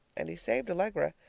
and he saved allegra.